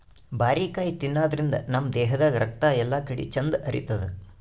ಬಾರಿಕಾಯಿ ತಿನಾದ್ರಿನ್ದ ನಮ್ ದೇಹದಾಗ್ ರಕ್ತ ಎಲ್ಲಾಕಡಿ ಚಂದ್ ಹರಿತದ್